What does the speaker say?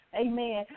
amen